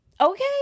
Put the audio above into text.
Okay